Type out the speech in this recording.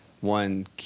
one